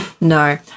No